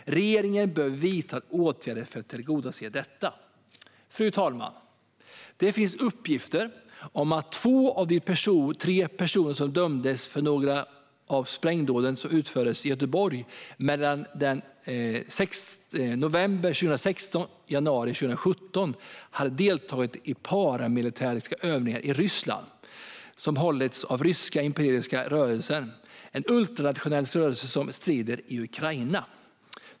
Regeringen bör vidta åtgärder för att tillgodose detta. Fru talman! Det finns uppgifter om att två av de tre personer som dömdes för några av sprängdåden som utfördes i Göteborg mellan november 2016 och januari 2017 hade deltagit i paramilitära övningar i Ryssland som hållits av Ryska imperiska rörelsen, en ultranationalistisk rörelse som strider i Ukraina.